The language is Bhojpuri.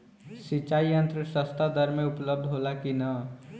सिंचाई यंत्र सस्ता दर में उपलब्ध होला कि न?